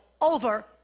over